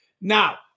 Now